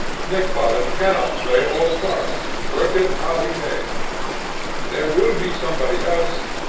nick bottom cannot play all the parts, work it how he may there will be somebody else,